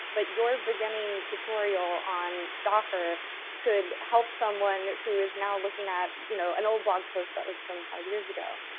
but your beginning tutorial on docker could help someone who is now looking at you know an old blog post that was from five years ago.